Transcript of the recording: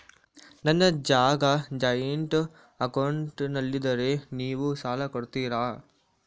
ನನ್ನ ಜಾಗ ಜಾಯಿಂಟ್ ಅಕೌಂಟ್ನಲ್ಲಿದ್ದರೆ ನೀವು ಸಾಲ ಕೊಡ್ತೀರಾ?